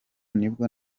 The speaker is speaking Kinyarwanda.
nibwo